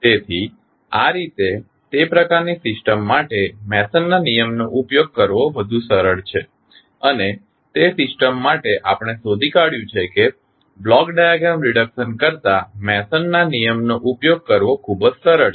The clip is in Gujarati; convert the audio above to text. તેથી આ રીતે તે પ્રકારની સિસ્ટમ માટે મેસનના નિયમનો ઉપયોગ કરવો વધુ સરળ છે અને તે સિસ્ટમ માટે આપણે શોધી કાઢયું છે કે બ્લોક ડાયાગ્રામ રિડક્શન કરતા મેસનના નિયમનો ઉપયોગ કરવો ખૂબ જ સરળ છે